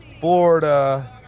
Florida